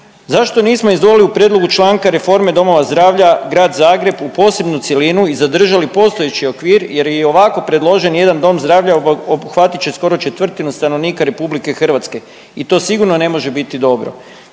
Zašto nismo izdvojili u prijedlogu članka reforme domova zdravlja Grad Zagreb u posebnu cjelinu i zadržali postojeći okvir jer je i ovako predloženi jedan dom zdravlja obuhvatit će skoro četvrtinu stanovnika RH i to sigurno ne može biti dobro.